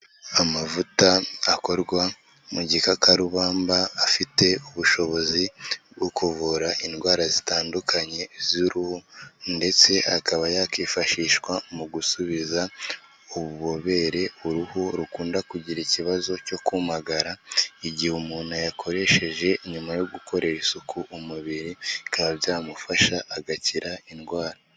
Amavuta akorwa mu gikakarubamba afite ubushobozi, bwo kuvura indwara zitandukanye z'uruhu ndetse akaba yakifashishwa mu gusubiza ububobere uruhu rukunda kugira ikibazo cyo kumagara, igihe umuntu ayakoresheje nyuma yo gukorera isuku umubiri bikaba byamufasha agakira indwara.